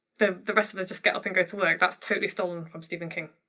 the the rest of us just get up and go to work. that's totally stolen from stephen king,